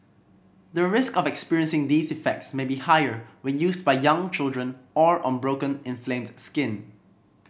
the risk of experiencing these effects may be higher when used by young children or on broken inflamed skin